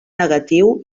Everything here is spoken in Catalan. negatiu